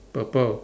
purple